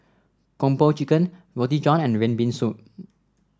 Kung Po Chicken Roti John and red bean soup